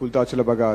לשיקול הדעת של בג"ץ,